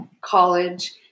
college